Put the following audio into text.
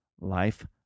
life